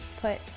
put